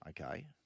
okay